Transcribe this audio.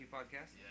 Podcast